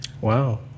Wow